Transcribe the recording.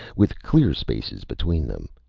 with clear spaces between them.